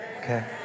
Okay